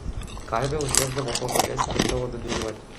karvė užėsdavo tos žolės ir imdavo viduriuoti